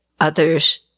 others